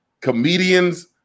comedians